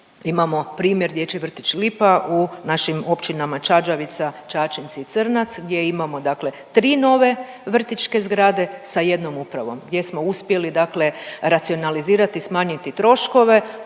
imamo primjer Dječji vrtić Lipa u našim općinama Čađavica, Čačinci i Crnac, gdje imamo dakle 3 nove vrtićke zgrade sa jednom upravom, gdje smo uspjeli dakle racionalizirati i smanjiti troškove,